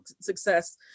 success